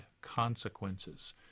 consequences